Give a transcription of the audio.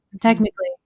technically